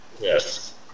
Yes